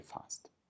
fast